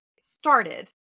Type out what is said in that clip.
started